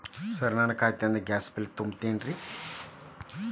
Sir ನನ್ನ ಖಾತೆಯಿಂದ gas bill ತುಂಬಹುದೇನ್ರಿ?